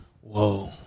whoa